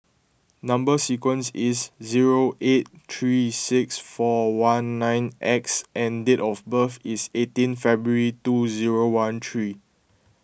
Number Sequence is zero eight three six four one nine X and date of birth is eighteen February two zero one three